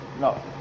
No